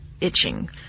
itching